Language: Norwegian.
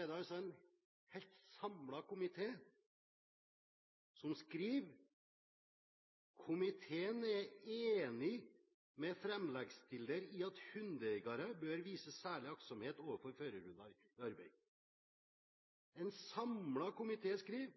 er det en helt samlet komité som skriver: «Komiteen er samd med framleggsstillar i at hundeeigarar bør vise særleg aktsemd overfor førarhundar i arbeid.» En samlet komité skriver: